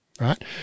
right